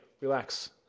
relax